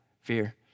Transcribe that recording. fear